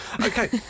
Okay